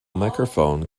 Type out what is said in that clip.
microphone